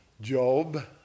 Job